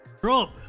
Trump